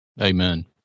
Amen